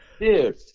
Dude